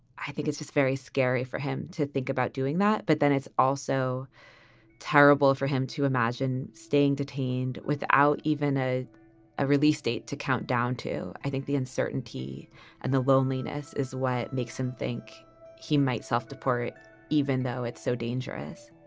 i think it's just very scary for him to think about doing that. but then it's also terrible for him to imagine staying detained without even a ah release date to count down to i think the uncertainty and the loneliness is what makes him think he might self-deport even though it's so dangerous